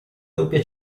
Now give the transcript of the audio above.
doppia